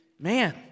man